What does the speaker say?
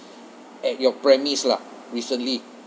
at your premise lah recently